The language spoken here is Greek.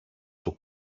του